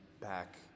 back